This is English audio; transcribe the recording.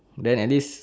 then at least